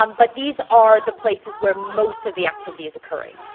um but these are the places where most of the activity is occurring.